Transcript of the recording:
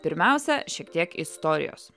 pirmiausia šiek tiek istorijos